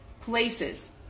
places